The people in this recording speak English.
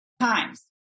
times